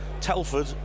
Telford